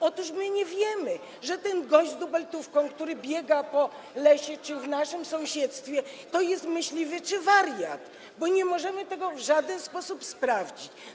Otóż my nie wiemy, czy ten gość z dubeltówką, który biega po lesie czy w naszym sąsiedztwie, to jest myśliwy czy wariat, bo nie możemy tego w żaden sposób sprawdzić.